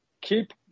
keep